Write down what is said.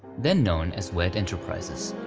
then known as wed enterprises.